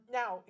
now